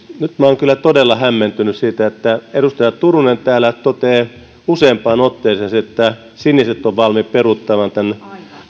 nyt minä olen kyllä todella hämmentynyt siitä että edustaja turunen täällä toteaa useampaan otteeseen että siniset ovat valmiit peruuttamaan tämän